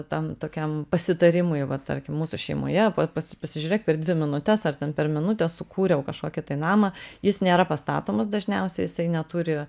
tam tokiam pasitarimui va tarkim mūsų šeimoje vat pa pasižiūrėk per dvi minutes ar ten per minutę sukūriau kažkokį tai namą jis nėra pastatomas dažniausiai jisai neturi